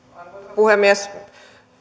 puhemies